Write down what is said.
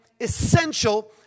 essential